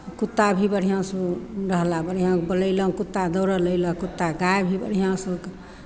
कुत्ता भी बढ़िआँसँ रहला बढ़िआँ बोलयलहुँ कुत्ता दौड़ल अयलक कुत्ता गाय भी बढ़िआँसँ